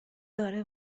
داره